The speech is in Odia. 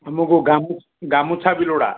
ଆମକୁ ଗାମୁ ଗାମୁଛା ବି ଲୋଡ଼ା